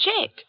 check